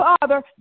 Father